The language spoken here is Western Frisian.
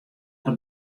har